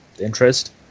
interest